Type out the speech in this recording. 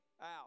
out